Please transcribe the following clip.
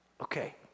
Okay